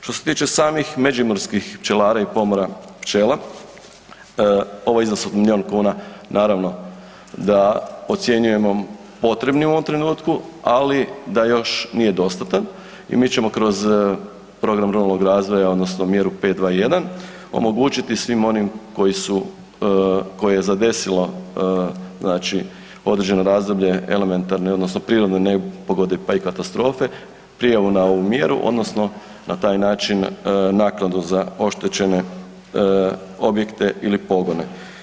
Što se tiče samih međimurskih pčelara i pomora pčela, ovaj iznos od milijun kuna, naravno da podcjenjujemo potrebnim u ovom trenutku, ali da još nije dostatan i mi ćemo kroz program ruralnog razvoja odnosno mjeru 5.2.1. omogućiti svim onim koji su, koje je zadesilo znači određeno razdoblje elementarne, odnosno prirodne nepogode, pa i katastrofe, prijavu na ovu mjeru odnosno na taj način naknadu za oštećene objekte ili pogone.